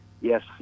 Yes